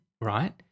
right